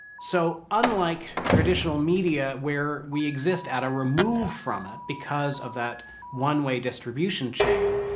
so unlike traditional media, where we exist at a remove from it because of that one way distribution chain,